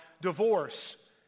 divorce